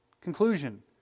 Conclusion